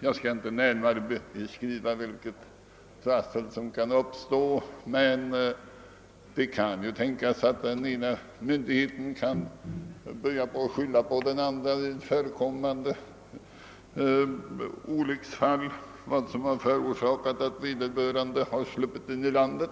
Jag skall inte närmare beskriva det trassel som kan uppstå, men det kan tänkas att den ena myndigheten börjar skylla på den andra när det gäller orsaken till att vederbörande sluppit in i landet.